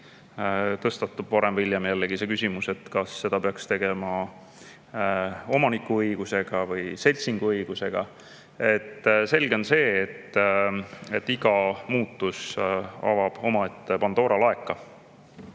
tõstatub varem või hiljem jällegi see küsimus, kas seda peaks tegema omanikuõigusega või seltsinguõigusega. Selge on see, et iga muutus avab omaette Pandora laeka.